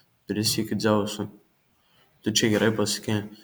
prisiekiu dzeusu tu čia gerai pasakei